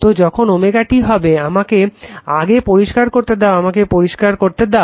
তো যখন ω t হবে আমাকে আগে পরিষ্কার করতে দাও আমাকে পরিষ্কার করতে দাও